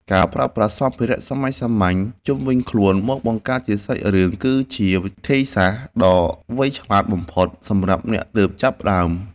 ការប្រើប្រាស់សម្ភារៈសាមញ្ញៗជុំវិញខ្លួនមកបង្កើតជាសាច់រឿងគឺជាវិធីសាស្ត្រដ៏វៃឆ្លាតបំផុតសម្រាប់អ្នកទើបចាប់ផ្តើម។